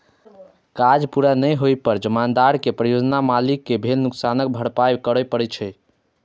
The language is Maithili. काज पूरा नै होइ पर जमानतदार कें परियोजना मालिक कें भेल नुकसानक भरपाइ करय पड़ै छै